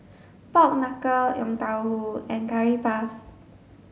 pork knuckle yong tau foo and curry puff